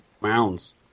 mounds